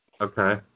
Okay